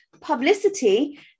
publicity